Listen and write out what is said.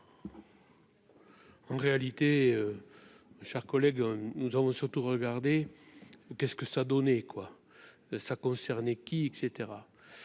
En réalité, cher collègue, nous avons surtout regarder qu'est-ce que ça a donné quoi ça concerne qui, et